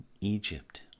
Egypt